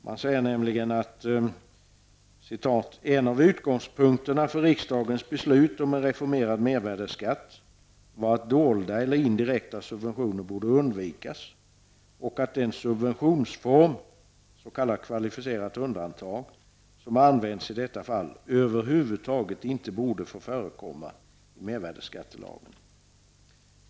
Man säger så här: ''En av utgångspunkterna för riksdagens beslut om en reformerad mervärdeskatt var att dolda eller indirekta subventioner borde undvikas och att den subventionsform -- s.k. kvalificerat undantag -- som använts i detta fall över huvud taget inte borde få förekomma i mervärdeskattelagen.''